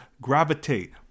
gravitate